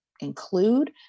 include